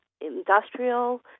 industrial